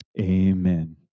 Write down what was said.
amen